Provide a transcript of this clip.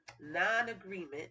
non-agreement